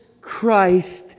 Christ